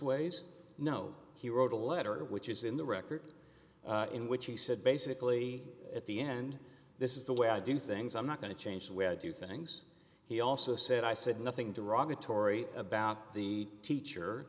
ways no he wrote a letter which is in the record in which he said basically at the end this is the way i do things i'm not going to change the way i do things he also said i said nothing derogatory about the teacher